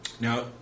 Now